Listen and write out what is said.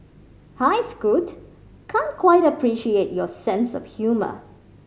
hi Scoot can't quite appreciate your sense of humour